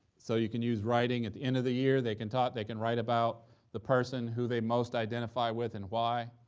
so you can use writing at the end of the year. they can ta they can write about the person who they most identify with and why,